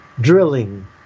drilling